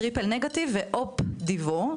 טריפלנגטיב ואופדיבורד,